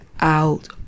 out